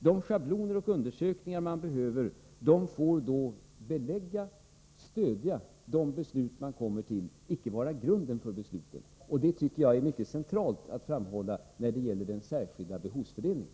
De schabloner och undersökningar man behöver får då belägga och stödja de beslut man kommer fram till, icke vara grunden för besluten. Detta tycker jag är centralt att framhålla när det gäller den särskilda behovsfördelningen.